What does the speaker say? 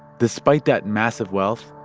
despite that massive wealth,